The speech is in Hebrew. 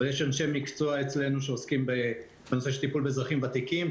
אבל יש אצלנו אנשי מקצוע שעוסקים בנושא של טיפול באזרחים ותיקים.